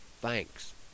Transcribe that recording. Thanks